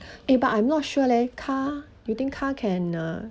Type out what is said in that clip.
eh but I'm not sure leh car you think car can ah